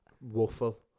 Waffle